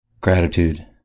gratitude